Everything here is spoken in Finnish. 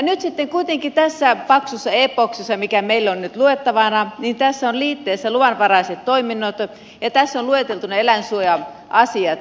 nyt sitten kuitenkin tässä paksussa eepoksessa mikä meillä on nyt luettavana on liitteessä luvanvaraiset toiminnat ja tässä on lueteltuna eläinsuoja asiat